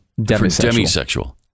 demisexual